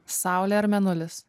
saulė ar mėnulis